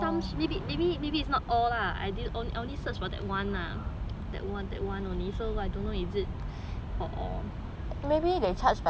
maybe it's not all ah I didn't I only search for that one lah that one that one only so I don't know is it for all